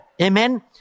Amen